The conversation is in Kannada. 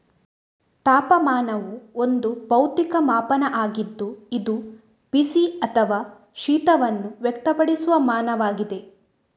ತಾಪಮಾನವು ಒಂದು ಭೌತಿಕ ಮಾಪನ ಆಗಿದ್ದು ಇದು ಬಿಸಿ ಅಥವಾ ಶೀತವನ್ನು ವ್ಯಕ್ತಪಡಿಸುವ ಮಾನವಾಗಿದೆ